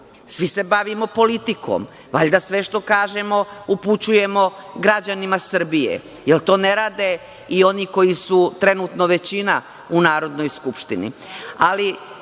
svi se bavimo politikom. Valjda sve što kažemo upućujemograđanima Srbije. Jel to ne rade i oni koji su trenutno većina u Narodnoj skupštini?